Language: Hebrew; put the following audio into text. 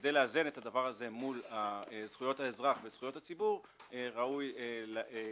וכדי לאזן את הדבר הזה מול זכויות האזרח וזכויות הציבור ראוי להטיל